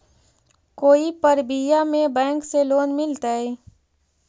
कोई परबिया में बैंक से लोन मिलतय?